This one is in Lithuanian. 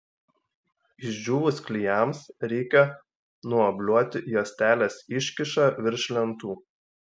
išdžiūvus klijams reikia nuobliuoti juostelės iškyšą virš lentų